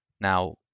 Now